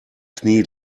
knie